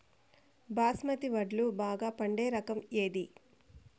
బాస్మతి వడ్లు బాగా పండే రకం ఏది